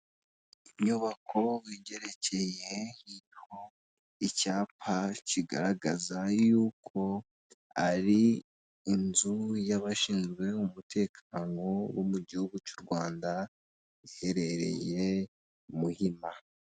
Inyubako zigerekeye hino icyapa kigaragaza yuko ari inzu y'abashinzwe umutekano bo mu gihugu cy'u Rwanda iherereye ku Muhima.